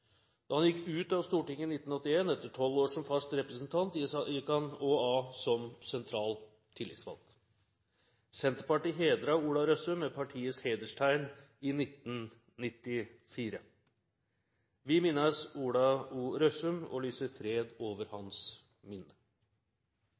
Da han gikk ut av Stortinget i 1981 etter tolv år som fast representant, gikk han også av som sentral tillitsvalgt. Senterpartiet hedret Ola Røssum med partiets hederstegn i 1994. Vi minnes Ola O. Røssum og lyser fred over